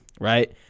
right